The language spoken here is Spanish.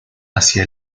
hacia